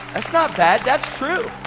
that's not bad, that's true.